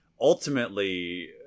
ultimately